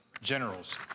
generals